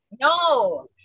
No